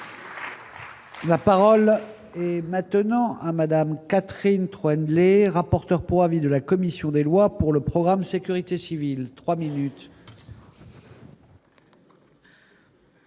La parole maintenant à Madame Catherine 3 les rapporteur pour avis de la commission des lois pour le programme Sécurité civile